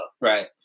Right